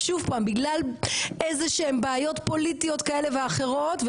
שוב פעם בגלל איזה שהם בעיות פוליטיות כאלה ואחרות,